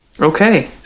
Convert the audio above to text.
Okay